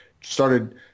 Started